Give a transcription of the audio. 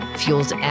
fuels